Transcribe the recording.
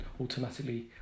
automatically